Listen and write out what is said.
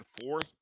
fourth